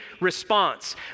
response